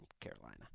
Carolina